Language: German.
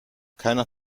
keiner